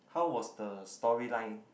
how was the storyline